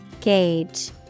Gauge